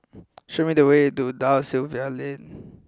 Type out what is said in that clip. show me the way to Da Silva Lane